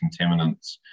contaminants